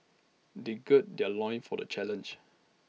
they gird their loins for the challenge